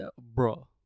Bro